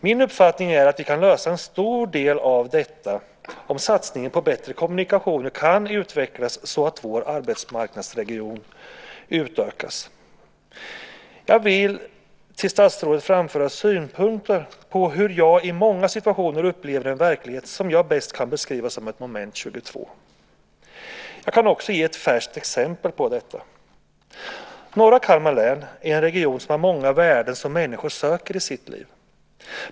Min uppfattning är att vi kan lösa en stor del av detta om satsningen på bättre kommunikationer kan utvecklas så att vår arbetsmarknadsregion utökas. Jag vill till statsrådet framföra synpunkter på hur jag i många situationer upplever en verklighet som jag bäst kan beskriva som ett moment 22. Jag kan också ge ett färskt exempel på detta. Norra Kalmar län är en region som har många värden som människor söker i sitt liv.